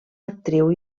actriu